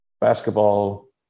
basketball